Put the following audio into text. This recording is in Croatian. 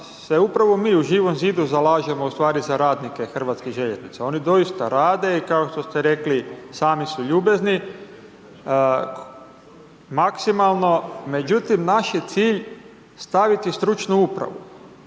upravo mi u Živom zidu zalažemo u stvari za radnike HŽ-a. Oni doista rade i kao što ste rekli, sami su ljubezni maksimalno, međutim naš je cilj staviti stručnu upravu.